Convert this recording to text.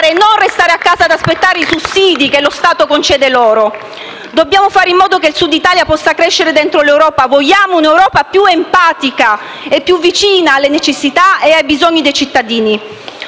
non restare a casa ad aspettare i sussidi che lo Stato concede loro. Dobbiamo fare in modo che il Sud Italia possa crescere dentro l'Europa. Vogliamo un'Europa più empatica e vicina alle necessità e ai bisogni dei cittadini.